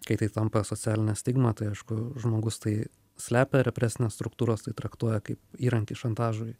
kai tai tampa socialine stigma tai aišku žmogus tai slepia represinės struktūros tai traktuoja kaip įrankį šantažui